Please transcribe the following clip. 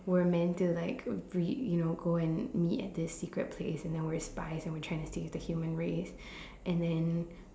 we're meant to like breed you know go and meet at this secret place and then we're spies and we're trying to save the human race and then